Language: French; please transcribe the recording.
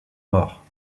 morts